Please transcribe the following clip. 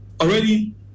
already